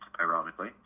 ironically